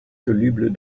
solubles